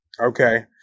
Okay